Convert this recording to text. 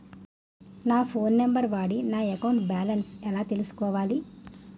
నా phone number వాడి నా అకౌంట్ బాలన్స్ ఎలా తెలుసుకోవాలి?